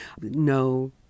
No